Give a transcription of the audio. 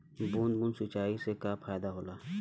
बूंद बूंद सिंचाई से का फायदा होला?